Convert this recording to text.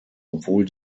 obwohl